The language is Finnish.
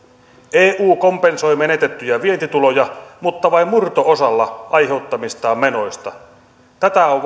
eu kompensoi menetettyjä vientituloja mutta vain murto osalla aiheuttamistaan menoista tätä on